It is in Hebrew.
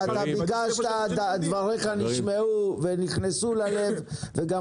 ביקשת לדבר ודבריך נשמעו ונכנסו ללב וגם